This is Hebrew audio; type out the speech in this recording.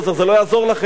זה לא יעזור לכם.